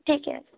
ঠিকই আছে